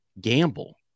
gamble